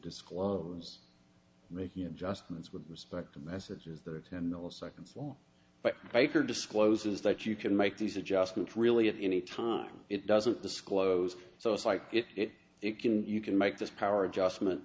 disclose making adjustments with respect to messages that are ten milliseconds well but baker discloses that you can make these adjustments really at any time it doesn't disclose so it's like it it can you can make this power adjustment